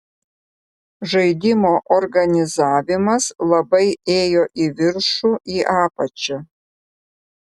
žaidimo organizavimas labai ėjo į viršų į apačią